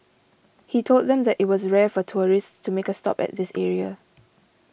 he told them that it was rare for tourists to make a stop at this area